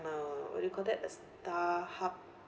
am a what you call that the starhub